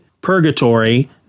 purgatory